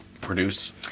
produce